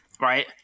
Right